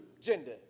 gender